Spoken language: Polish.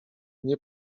nie